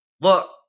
look